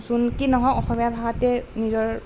যোন কি নহওক অসমীয়া ভাষাতেই নিজৰ